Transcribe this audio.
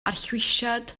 arllwysiad